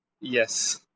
Yes